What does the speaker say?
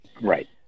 Right